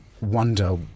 wonder